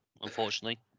Unfortunately